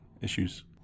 issues